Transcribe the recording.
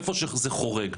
איפה שזה חורג.